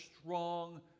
strong